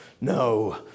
No